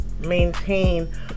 maintain